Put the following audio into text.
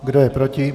Kdo je proti?